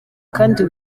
kandi